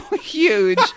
huge